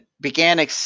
began